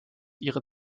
ihre